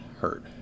hurt